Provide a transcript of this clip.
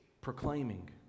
proclaiming